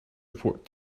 report